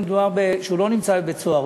היות שהוא לא נמצא בבית-סוהר,